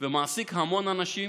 שמעסיק המון אנשים